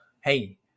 Hey